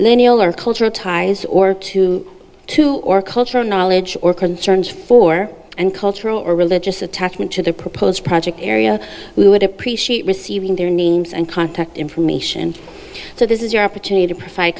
lineal or cultural ties or two to or cultural knowledge or concerns for and cultural or religious attachment to the proposed project area we would appreciate receiving their names and contact information so this is your opportunity to provide